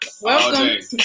Welcome